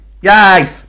Yay